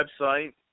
website